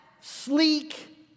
sleek